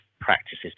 practices